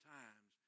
times